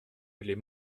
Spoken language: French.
les